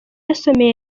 yasomeye